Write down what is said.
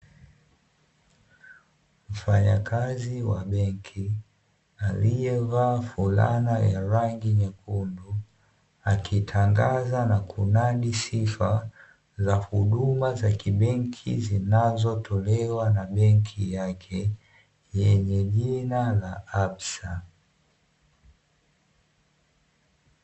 Mfanyakazi wa benki alievaa fulana ya rangi nyekundu, akitangaza na kunadi sifa za huduma za kibenki, zinazotolewa na benki yake yenye jina la "absa".